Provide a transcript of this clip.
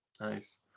Nice